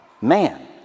man